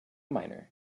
minor